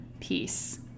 peace